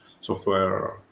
software